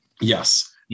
Yes